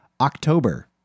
october